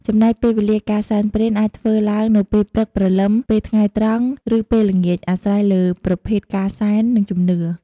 ចំណែកពេលវេលាការសែនព្រេនអាចធ្វើឡើងនៅពេលព្រឹកព្រលឹមពេលថ្ងៃត្រង់ឬពេលល្ងាចអាស្រ័យលើប្រភេទការសែន និងជំនឿ។